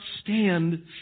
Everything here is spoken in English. stand